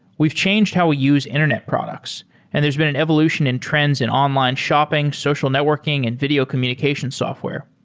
we've changed how we use internet products and there's been an evolution in trends in online shopping, social networking and video communication software.